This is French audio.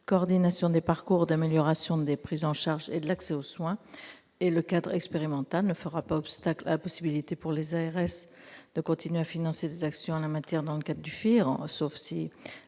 coordination des parcours et amélioration des prises en charge et de l'accès aux soins. Le cadre expérimental ne fera pas obstacle à la possibilité pour les ARS de continuer à financer des actions en la matière dans le cadre du fonds